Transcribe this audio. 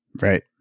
right